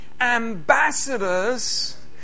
ambassadors